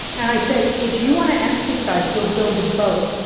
and i said if you want to exercise, go build a boat.